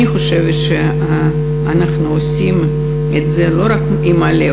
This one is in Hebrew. אני חושבת שאנחנו עושים את זה לא רק עם הלב,